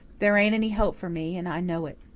there ain't any hope for me, and i know it